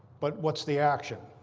but what's the action?